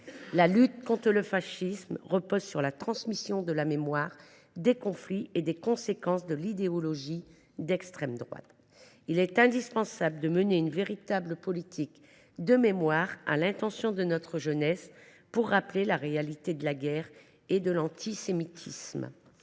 La lutte contre le fascisme repose sur la transmission de la mémoire, des conflits et des conséquences de l’idéologie d’extrême droite. Il est indispensable de mener une véritable politique de mémoire à l’intention de notre jeunesse pour rappeler la réalité de la guerre et de l’antisémitisme.